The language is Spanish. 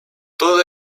todo